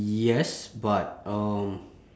yes but um